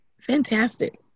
Fantastic